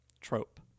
trope